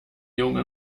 junge